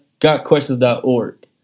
gotquestions.org